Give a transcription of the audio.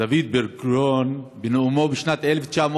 דוד בן-גוריון, בנאומו בשנת 1963,